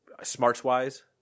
smarts-wise